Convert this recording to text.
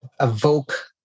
evoke